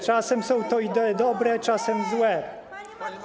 Czasem są to idee dobre, czasem złe.